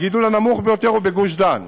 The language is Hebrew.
הגידול הנמוך ביותר הוא בגוש דן,